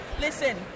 listen